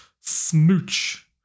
smooch